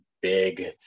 big